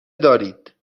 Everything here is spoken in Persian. دارید